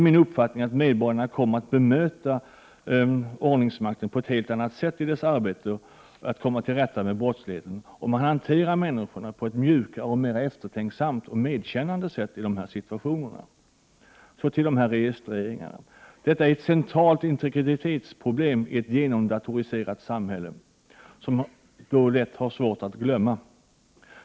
Min uppfattning är att medborgarna kommer att bemöta ordningsmakten på ett helt annat sätt i dess arbete med att komma till rätta med brottsligheten, om man hanterar människorna på ett mjukare, mera eftertänksamt och medkännande sätt. Så till registreringarna. Detta är ett centralt integritetsproblem i ett genomdatoriserat samhälle, som det är lätt att glömma.